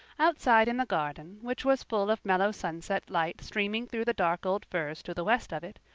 outside in the garden, which was full of mellow sunset light streaming through the dark old firs to the west of it,